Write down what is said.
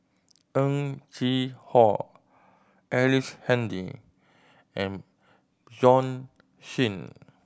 Heng Chee How Ellice Handy and Bjorn Shen